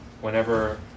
whenever